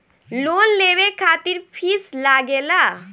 Loan लेवे खातिर fees लागेला?